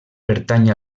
pertany